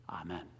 Amen